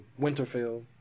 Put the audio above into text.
winterfell